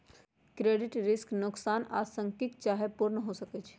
credit risk नोकसान आंशिक चाहे पूर्ण हो सकइ छै